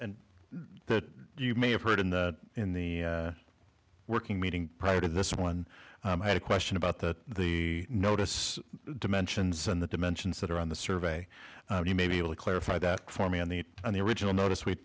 and that you may have heard in the in the working meeting prior to this one i had a question about that the notice dimensions and the dimensions that are on the survey you may be able to clarify that for me on the on the original notice we